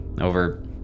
over